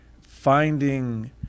finding